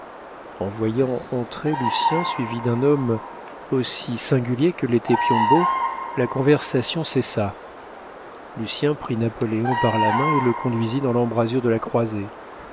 en voyant entrer lucien suivi d'un homme aussi singulier que l'était piombo la conversation cessa lucien prit napoléon par la main et le conduisit dans l'embrasure de la croisée